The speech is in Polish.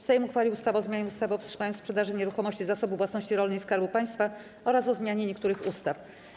Sejm uchwalił ustawę o zmianie ustawy o wstrzymaniu sprzedaży nieruchomości Zasobu Własności Rolnej Skarbu Państwa oraz o zmianie niektórych ustaw.